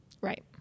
right